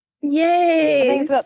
yay